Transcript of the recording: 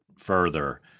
further